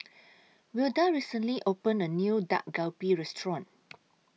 Wilda recently opened A New Dak Galbi Restaurant